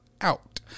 out